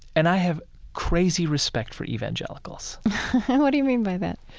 and i have crazy respect for evangelicals what do you mean by that?